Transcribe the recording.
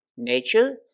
nature